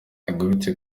yagarutse